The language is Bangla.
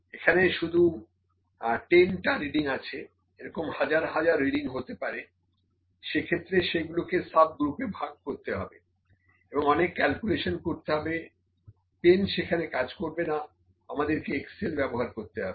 এখানে শুধু 10 টা রিডিং আছে এরকম হাজার হাজার রিডিং হতে পারে সেক্ষেত্রে সে গুলোকে সাব গ্রুপে ভাগ করতে হবে এবং অনেক ক্যালকুলেশন করতে হবে পেন সেখানে কাজ করবে না আমাদেরকে এক্সেল ব্যবহার করতে হবে